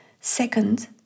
Second